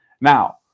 Now